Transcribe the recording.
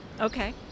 okay